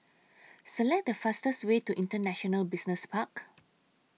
Select The fastest Way to International Business Park